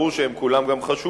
ברור שהם כולם גם חשובים,